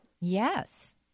Yes